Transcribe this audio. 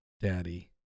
daddy